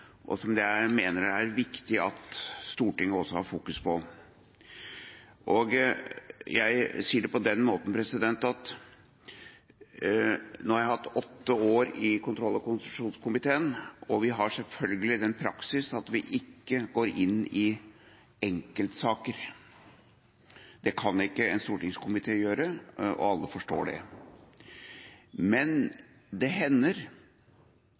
og som jeg mener det er viktig at Stortinget også fokuserer på. Jeg sier det på den måten at nå har jeg hatt åtte år i kontroll- og konstitusjonskomiteen, og vi har selvfølgelig den praksis at vi ikke går inn i enkeltsaker – det kan ikke en stortingskomité gjøre, og alle forstår det. Men det hender